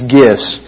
gifts